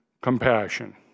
Compassion